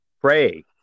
Pray